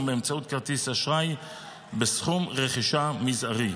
באמצעות כרטיס אשראי בסכום רכישה מזערי,